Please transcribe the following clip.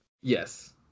Yes